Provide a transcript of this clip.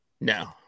no